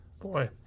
Boy